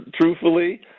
truthfully